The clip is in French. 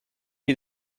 les